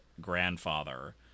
grandfather